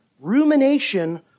rumination